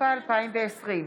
התשפ"א 2020,